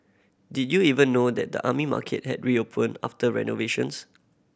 did you even know that the Army Market had reopened after renovations